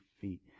feet